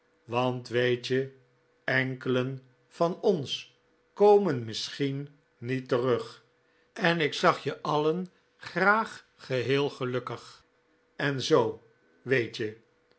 want weet je enkelen van ons komen misschien niet terug en ik zag je alien graag geheel gelukkig en zoo weet je